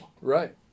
Right